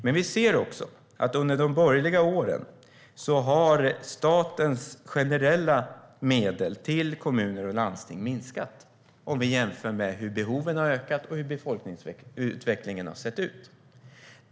Men vi ser också att under de borgerliga åren har statens generella medel till kommuner och landsting minskat i jämförelse med hur behoven har ökat och hur befolkningsutvecklingen har sett ut.